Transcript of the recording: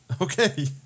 Okay